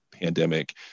pandemic